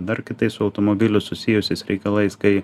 dar kitais su automobiliu susijusiais reikalais kai